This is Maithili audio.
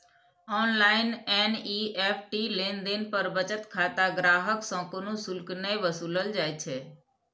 ऑनलाइन एन.ई.एफ.टी लेनदेन पर बचत खाता ग्राहक सं कोनो शुल्क नै वसूलल जाइ छै